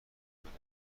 بدهید